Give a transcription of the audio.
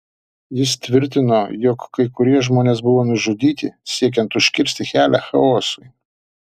jis tvirtino jog kai kurie žmonės buvo nužudyti siekiant užkirsti kelią chaosui